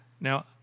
Now